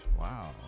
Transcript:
Wow